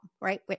right